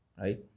right